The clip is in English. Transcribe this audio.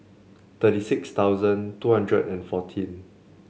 thirty six thousand two hundred and fourteen